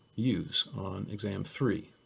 use on exam three.